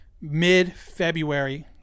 mid-february